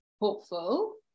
hopeful